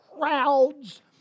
crowds